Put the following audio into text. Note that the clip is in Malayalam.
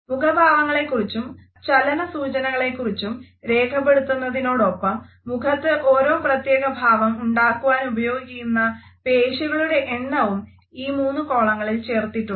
മുഖഭാവങ്ങളെക്കുറിച്ചും ചലനസൂചനകളെക്കുറിച്ചും രേഖപ്പെടുത്തുന്നതിനോടൊപ്പം മുഖത്തു ഓരോ പ്രത്യേക ഭാവം ഉണ്ടാക്കുവാനുപയോഗിക്കുന്ന പേശികളുടെ എണ്ണവും ഈ മൂന്ന് കോളങ്ങളിൽ ചേർത്തിട്ടുണ്ട്